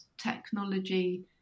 technology